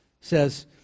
says